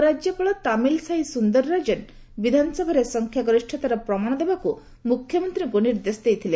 ଉପରାଜ୍ୟପାଳ ତାମିଲସାଇ ସ୍ୱନ୍ଦର ରାଜନ ବିଧାନସଭାରେ ସଂଖ୍ୟା ଗରିଷ୍ଠତାର ପ୍ରମାଣ ଦେବାକୁ ମୁଖ୍ୟମନ୍ତ୍ରୀଙ୍କୁ ନିର୍ଦ୍ଦେଶ ଦେଇଥିଲେ